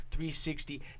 360